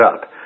up